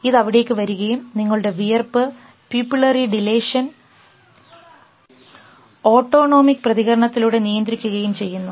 ഇത് അവിടേക്ക് വരികയും നിങ്ങളുടെ വിയർപ്പ് പ്യൂപ്പിളറി ഡിലേഷൻ ഓട്ടോണോമിക് പ്രതികരണത്തിലൂടെ നിയന്ത്രിക്കുകയും ചെയ്യുന്നു